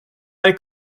are